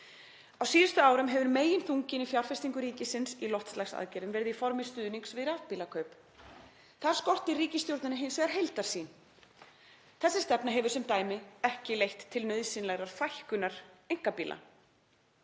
Á síðustu árum hefur meginþunginn í fjárfestingu ríkisins í loftslagsaðgerðum verið í formi stuðnings við rafbílakaup. Þar skortir ríkisstjórnina hins vegar heildarsýn. Þessi stefna hefur sem dæmi ekki leitt til nauðsynlegrar fækkunar einkabíla.